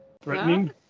Threatening